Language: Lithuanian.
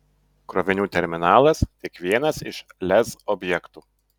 krovinių terminalas tik vienas iš lez objektų